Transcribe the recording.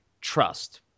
Trust